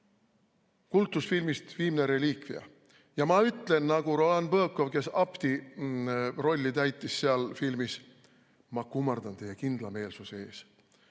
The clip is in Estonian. kultusfilmist "Viimne reliikvia". Ja ma ütlen nagu Rolan Bõkov, kes abti rolli täitis seal filmis: "Ma kummardan teie kindlameelsuse ees."